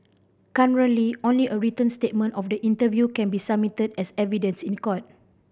currently only a written statement of the interview can be submitted as evidence in court